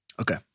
okay